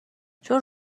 چون